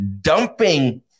dumping